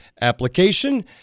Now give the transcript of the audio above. application